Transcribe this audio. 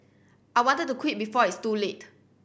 I wanted to quit before it's too late